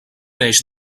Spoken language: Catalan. eix